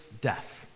death